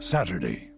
Saturday